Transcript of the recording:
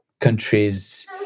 countries